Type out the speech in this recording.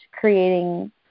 creating